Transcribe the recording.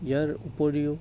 ইয়াৰ উপৰিও